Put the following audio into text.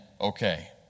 okay